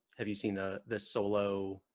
have you seen the this solo